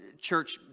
church